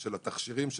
של התכשירים,